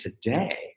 today